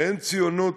ואין ציונות